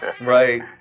right